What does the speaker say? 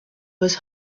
was